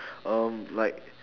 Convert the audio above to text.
um like